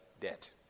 debt